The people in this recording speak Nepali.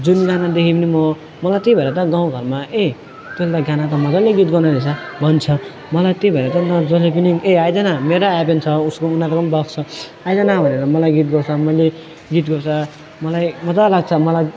जुन गाना देखे पनि म मलाई त्यही भएर त गाउँघरमा ए तैँले त गाना त मजाले गीत गाउने रहेछ भन्छ मलाई त्यो भएर त अन्त जसले पनि ए आइज् न मेरो आइबेन छ उसको उनीहरूकोमा पनि बक्स छ आइज् न भनेर मलाई गीत गाउँछ मैले गीत गाउँछ मलाई मजा लाग्छ मलाई